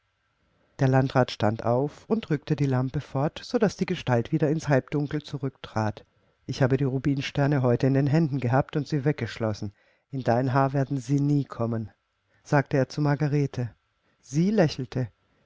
der landrat stand auf und rückte die lampe fort so daß die gestalt wieder ins halbdunkel zurücktrat ich habe die rubinsterne heute in den händen gehabt und sie weggeschlossen in dein haar werden sie nie kommen sagte er zu margarete sie lächelte